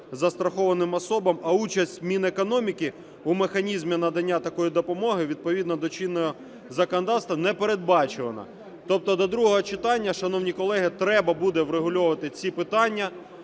застрахованим особам, а участь Мінекономіки у механізмі надання такої допомоги, відповідно до чинного законодавства, не передбачена. Тобто до другого читання, шановні колеги, треба буде врегульовувати ці питання,